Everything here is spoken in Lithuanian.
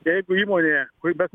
jeigu įmonė kuri bet